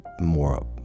more